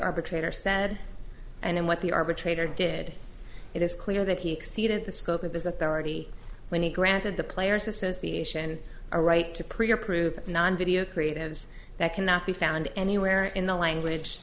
arbitrator said and what the arbitrator did it is clear that he exceeded the scope of his authority when he granted the players association a right to pre approve non video creatives that cannot be found anywhere in the language